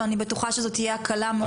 ואני בטוחה שזו תהיה הקלה מאוד גדולה.